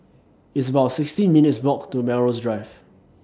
It's about sixteen minutes' Walk to Melrose Drive